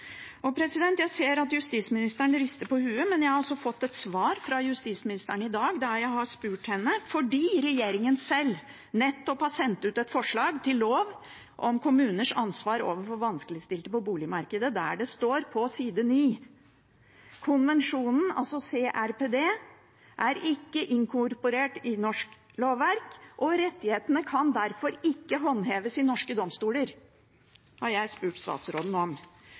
Jeg ser at justisministeren rister på hodet, men jeg har altså fått et svar fra justisministeren i dag på noe jeg har spurt henne om, fordi regjeringen sjøl nettopp har sendt ut et forslag til lov om kommuners ansvar overfor vanskeligstilte på boligmarkedet, der det står på side 9: Konvensjonen, altså CRPD, er ikke inkorporert i norsk lovverk, og rettighetene kan derfor ikke håndheves i norske domstoler. – Det har jeg spurt statsråden om.